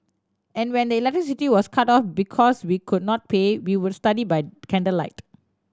and when the electricity was cut off because we could not pay we would study by candlelight